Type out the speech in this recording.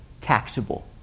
taxable